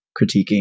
critiquing